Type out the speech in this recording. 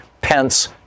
pence